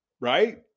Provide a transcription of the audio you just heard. right